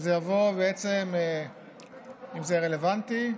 ואם זה יהיה רלוונטי,